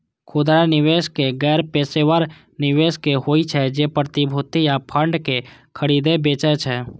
खुदरा निवेशक गैर पेशेवर निवेशक होइ छै, जे प्रतिभूति आ फंड कें खरीदै बेचै छै